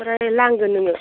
ओमफ्राय लांगोन नोङो